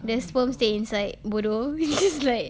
the sperm stay inside bodoh it's like